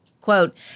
Quote